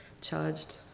charged